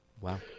wow